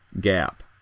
gap